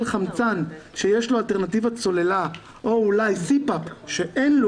חמצן שיש לו אלטרנטיבה צוללה או אולי סיפאפ שאין לו.